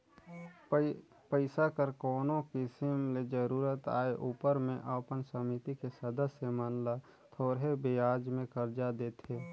पइसा कर कोनो किसिम ले जरूरत आए उपर में अपन समिति के सदस्य मन ल थोरहें बियाज में करजा देथे